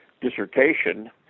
dissertation